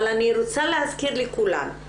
אבל אני רוצה להזכיר לכולם,